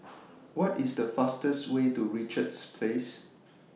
What IS The fastest Way to Richards Place